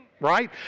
right